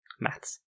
Maths